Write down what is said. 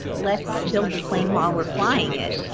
let's build the plane while we're flying it.